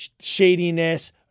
shadiness